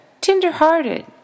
tenderhearted